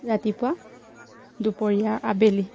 ৰাতিপুৱা দুপৰীয়া আবেলি